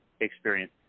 experience